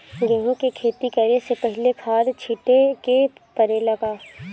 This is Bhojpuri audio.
गेहू के खेती करे से पहिले खाद छिटे के परेला का?